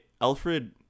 Alfred